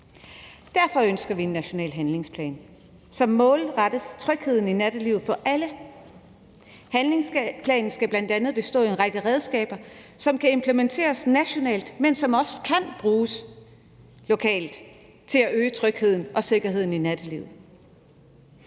Derfor ønsker vi en national handlingsplan, som målrettes trygheden i nattelivet for alle. Handlingsplanen skal bl.a. bestå af en række redskaber, som kan implementeres nationalt, men som også kan bruges lokalt til at øge trygheden og sikkerheden i nattelivet.